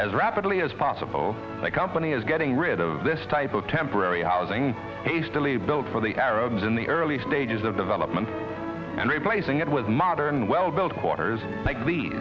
as rapidly as possible the company is getting rid of this type of temporary housing hastily built for the arabs in the early stages of development and replacing it with modern well built quarters l